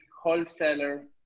wholesaler